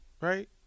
right